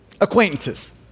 Acquaintances